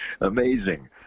Amazing